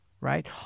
right